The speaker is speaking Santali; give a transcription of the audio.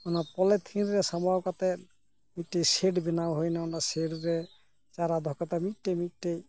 ᱚᱱᱟ ᱯᱚᱞᱮᱛᱷᱤᱱ ᱨᱮ ᱥᱟᱢᱵᱟᱣ ᱠᱟᱛᱮᱫ ᱢᱤᱫᱴᱮᱱ ᱥᱮᱰ ᱵᱮᱱᱟᱣ ᱦᱩᱭᱮᱱᱟ ᱚᱱᱟ ᱥᱮᱰ ᱨᱮ ᱪᱟᱨᱟ ᱫᱚᱦᱚ ᱠᱟᱛᱮᱫ ᱢᱤᱫᱴᱮᱱ ᱢᱤᱫᱴᱮᱱ